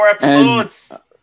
episodes